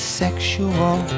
sexual